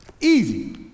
easy